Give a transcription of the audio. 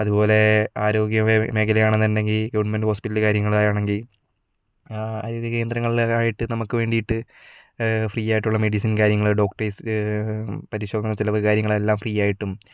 അതുപോലെ ആരോഗ്യ മേഖലയാണ്ന്ന് ഉണ്ടെങ്കിൽ ഗവൺമെന്റ് ഹോസ്പിറ്റൽ കാര്യങ്ങള് ആണെങ്കി ആരോഗ്യ കേന്ദ്രങ്ങളിലൊക്കെ ആയിട്ട് നമുക്ക് വേണ്ടിട്ട് ഫ്രീ ആയിട്ടുള്ള മെഡിസിൻ കാര്യങ്ങള് ഡോക്ടേഴ്സ് കാര്യങ്ങള് പരിശോധന ചിലവ് കാര്യങ്ങള് എല്ലാം ഫ്രീ ആയിട്ടും